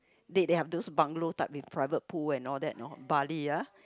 they they have those bungalow type with private pool and all know that know Bali ah